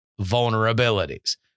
vulnerabilities